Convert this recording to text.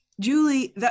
Julie